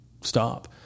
stop